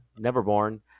Neverborn